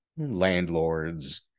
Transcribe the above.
landlords